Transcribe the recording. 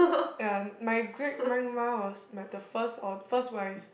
ya my great grandma was my the first or the first wife